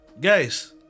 guys